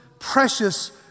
precious